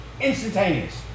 Instantaneous